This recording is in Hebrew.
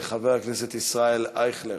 חבר הכנסת ישראל אייכלר,